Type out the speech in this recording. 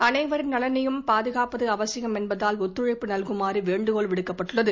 அனைவரின் நலனையும் பாதுகாப்பது அவசியம் என்பதால் ஒத்துழைப்பு நல்குமாறு வேண்டுகோள் விடுக்கப்பட்டுள்ளது